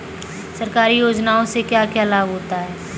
सरकारी योजनाओं से क्या क्या लाभ होता है?